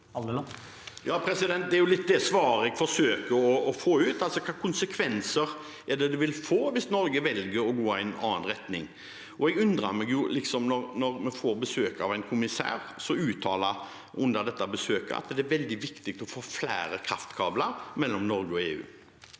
Det er jo litt det svaret jeg forsøker å få ut. Hvilke konsekvenser vil det få hvis Norge velger å gå en annen retning? Jeg undrer meg når vi får besøk av en kommissær som under besøket uttaler at det er veldig viktig å få flere kraftkabler mellom Norge og EU.